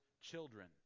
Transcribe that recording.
children